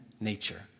nature